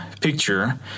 picture